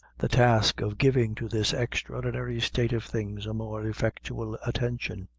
the task of giving to this extraordinary state of things a more effectual attention.